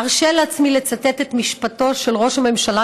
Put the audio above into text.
ארשה לעצמי לצטט את משפטו של ראש הממשלה